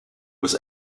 was